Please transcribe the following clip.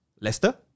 Leicester